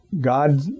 God